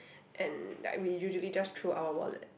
and like we usually just throw our wallet